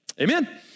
Amen